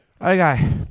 Okay